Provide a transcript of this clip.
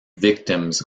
victims